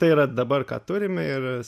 tai yra dabar ką turim ir